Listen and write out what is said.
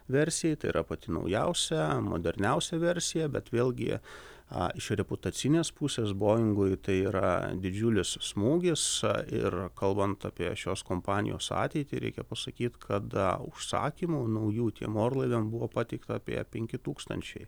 versijai tai yra pati naujausia moderniausia versija bet vėlgi iš reputacinės pusės boingui tai yra didžiulis smūgis ir kalbant apie šios kompanijos ateitį reikia pasakyt kad užsakymų naujų tiem orlaiviam buvo pateikta apie penki tūkstančiai